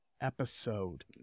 episode